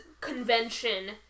convention